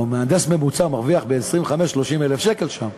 מהנדס מרוויח בממוצע בין 25,000 ל-30,000 שם.